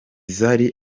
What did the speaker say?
zari